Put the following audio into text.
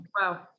wow